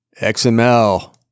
XML